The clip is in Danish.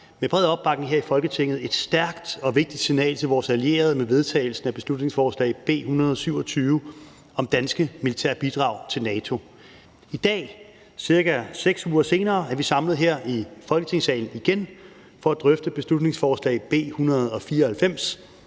med bred opbakning her i Folketinget et stærkt og vigtigt signal til vores allierede med vedtagelsen af beslutningsforslag B 127 om danske militære bidrag til NATO. I dag, ca. 6 uger senere, er vi samlet her i Folketingssalen igen for at drøfte beslutningsforslag B 194,